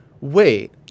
wait